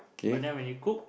but then when you cook